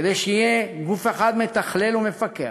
כדי שיהיה גוף אחד מתכלל ומפקח,